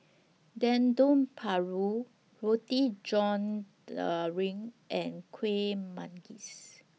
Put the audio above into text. Dendeng Paru Roti John Daring and Kuih Manggis